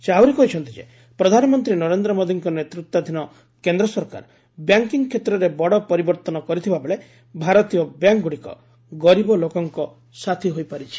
ସେ ଆହୁରି କହିଛନ୍ତି ଯେ ପ୍ରଧାନମନ୍ତୀ ନରେନ୍ଦ ମୋଦିଙ୍କ ନେତୃତ୍ୱାଧୀନ କେନ୍ଦ ସରକାର ବ୍ୟାଙ୍କିଂ କ୍ଷେତ୍ରରେ ବଡ ପରିବର୍ଭନ କରିଥିବାବେଳେ ଭାରତୀୟ ବ୍ୟାଙ୍କଗୁଡିକ ଗରିବ ଲୋକଙ୍କ ସାଥୀ ହୋଇପାରିଛି